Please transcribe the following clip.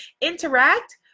interact